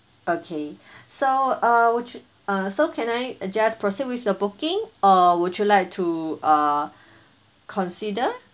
okay so uh would you uh so can I uh just proceed with the booking or would you like to uh consider